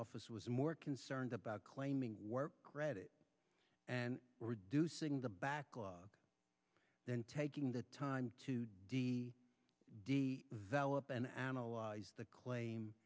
office was more concerned about claiming credit and reducing the backlog than taking the time to d d valid and analyze the claim